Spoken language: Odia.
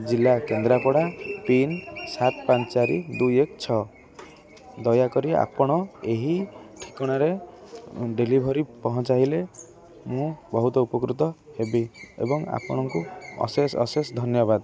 ଜିଲ୍ଲା କେନ୍ଦ୍ରାପଡ଼ା ପିନ୍ ସାତ ପାଞ୍ଚ ଚାରି ଦୁଇ ଏକ ଛଅ ଦୟାକରି ଆପଣ ଏହି ଠିକଣାରେ ଡେଲିଭରି ପହଞ୍ଚାଇଲେ ମୁଁ ବହୁତ ଉପକୃତ ହେବି ଏବଂ ଆପଣଙ୍କୁ ଅଶେଷ ଅଶେଷ ଧନ୍ୟବାଦ